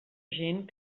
gent